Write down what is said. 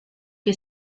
que